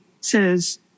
says